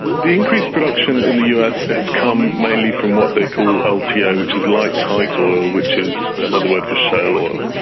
the increased production in the us has come mainly from what they call ah lto, yeah which is light tight oil, which is another word for shale oil.